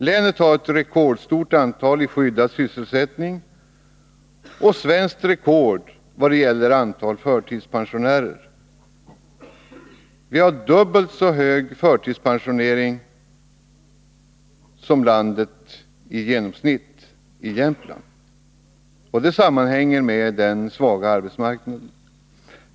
Länet har ett rekordstort antal i skyddad sysselsättning och svenskt rekord vad gäller antalet förtidspensionärer — dubbelt så hög förtidspensionering som landet i snitt. Detta sammanhänger med den svaga arbetsmarknaden.